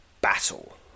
Battle